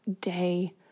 day